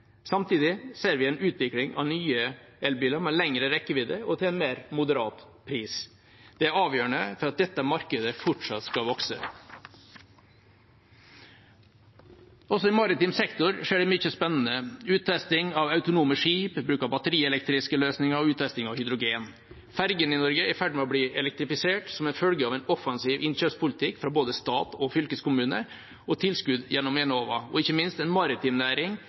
Samtidig ser vi en utvikling av nye elbiler med lengre rekkevidde og til en mer moderat pris. Det er avgjørende for at dette markedet fortsatt skal vokse. Også i maritim sektor skjer det mye spennende: uttesting av autonome skip, bruk av batterielektriske løsninger og uttesting av hydrogen. Ferjene i Norge er i ferd med å bli elektrifisert som følge av en offensiv innkjøpspolitikk fra både stat og fylkeskommune og tilskudd gjennom Enova – og ikke minst som følge av en maritim næring